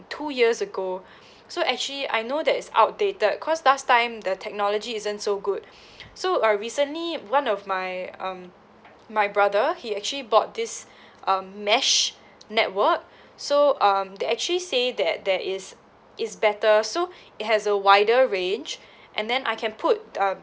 two years ago so actually I know that is outdated cause last time the technology isn't so good so uh recently one of my um my brother he actually bought this um mesh network so um they actually say that that is is better so it has a wider range and then I can put the um